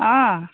অঁ